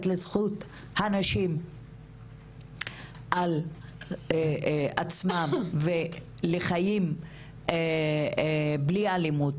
לזכות הנשים על עצמן ולחיים בלי אלימות,